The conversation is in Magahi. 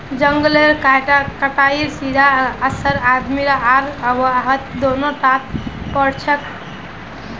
जंगलेर कटाईर सीधा असर आदमी आर आबोहवात दोनों टात पोरछेक